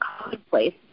commonplace